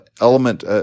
element